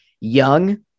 young